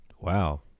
Wow